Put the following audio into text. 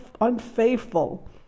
unfaithful